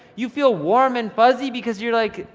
you feel warm and fuzzy because you're like,